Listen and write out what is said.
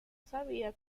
sabía